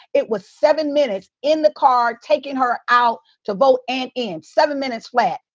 it was seven minutes in the car, taking her out to vote and in. seven minutes flat.